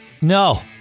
No